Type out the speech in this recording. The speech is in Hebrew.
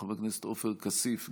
חבר הכנסת עופר כסיף,